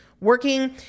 working